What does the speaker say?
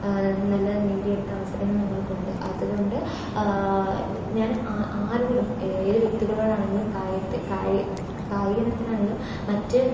നല്ല നേടിയെടുത്ത അവസരങ്ങള് ഞങ്ങള്ക്കുണ്ട് അത്കൊണ്ട് ഞാന് ആ ആരോടും ഏത് വ്യക്തികളോടാണെങ്കിലും കായത്തി കായി കായിക ഇനത്തിലാണെങ്കിലും മറ്റ്